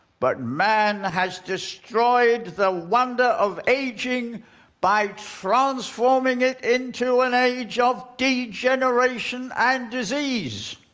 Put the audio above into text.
but man has destroyed the wonder of aging by transforming it into an age of degeneration and disease.